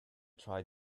tried